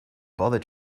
bother